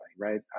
right